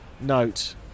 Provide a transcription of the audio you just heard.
note